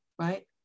Right